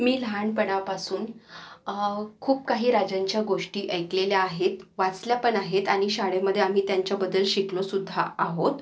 मी लहानपणापासून खूप काही राजांच्या गोष्टी ऐकलेल्या आहेत वासल्यापण आहेत आआणि शाळेमध्ये आम्ही त्यांच्याबद्दल शिकलो सुद्धा आहोत